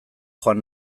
joan